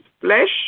flesh